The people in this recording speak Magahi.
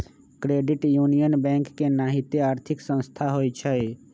क्रेडिट यूनियन बैंक के नाहिते आर्थिक संस्था होइ छइ